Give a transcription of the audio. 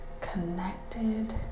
connected